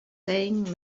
saying